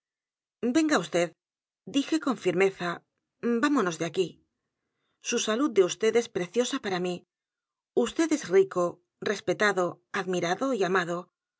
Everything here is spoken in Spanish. venga vd dije con firmeza vamonos de aquí s u salud de vd es preciosa para mí vd es rico respetado admirado y amado